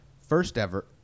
first-ever